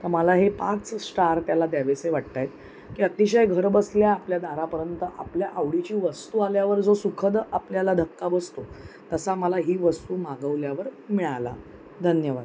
तर मला हे पाच स्टार त्याला द्यावेसे वाटत आहेत की अतिशय घरबसल्या आपल्या दारापर्यंत आपल्या आवडीची वस्तू आल्यावर जो सुखद आपल्याला धक्का बसतो तसा मला ही वस्तू मागवल्यावर मिळाला धन्यवाद